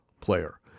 player